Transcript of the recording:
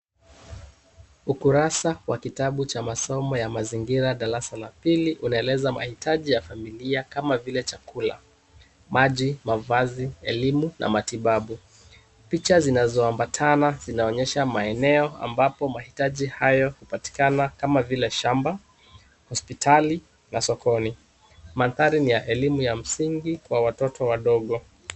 Ukurasa wa kitabu cha masomo ya mazingira darasa la pili kinaeleza mahitaji ya kama vile chakula, maji, mavazi elimu na matibabu. Picha zinazoambatana zinaonyesha maeneo ambapo mahitaji hayo hupatikana kama vile shamba, hospitali na sokoni. Mandhari ni ya elimu ya msingi kwa watoto wadogo.